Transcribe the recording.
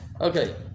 Okay